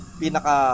pinaka